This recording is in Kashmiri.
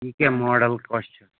یہِ کیٛاہ ماڈَل کۄس چھےٚ